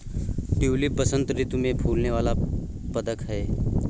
tulip बसंत ऋतु में फूलने वाला पदक है